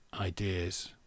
ideas